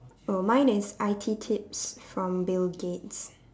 oh mine is I_T tips from bill gates